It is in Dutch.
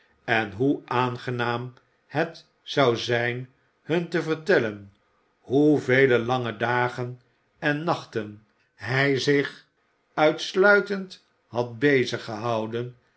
en hoe aangenaam het zou zijn hun te vertellen hoevele lange dagen en nachten hij zich uitsluitend had bezig gehouden